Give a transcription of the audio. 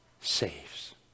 saves